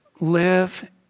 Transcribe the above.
Live